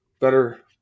better